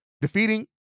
defeating